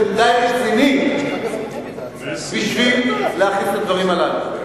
זה מדי רציני בשביל להכניס את הדברים הללו.